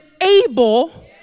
able